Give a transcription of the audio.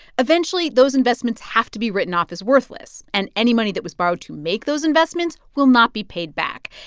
eventually, those investments have to be written off as worthless. and any money that was borrowed to make those investments will not be paid back.